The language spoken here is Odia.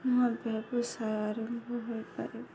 ମୋର ବ୍ୟବସାୟ ଆରମ୍ଭ ହୋଇପାରିବ